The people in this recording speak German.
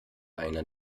einer